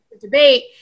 debate